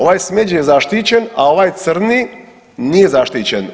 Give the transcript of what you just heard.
Ovaj smeđi je zaštićen, a ovaj crni nije zaštićen.